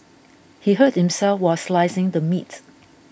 he hurt himself while slicing the meat